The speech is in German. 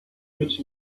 mit